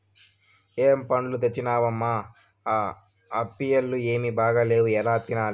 ఏం పండ్లు తెచ్చినవమ్మ, ఆ ఆప్పీల్లు ఏమీ బాగాలేవు ఎలా తినాలి